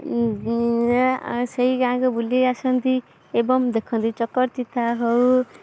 ସେଇ ଗାଁକୁ ବୁଲି ଆସନ୍ତି ଏବଂ ଦେଖନ୍ତି ଚକ୍ରତୀର୍ଥ ହଉ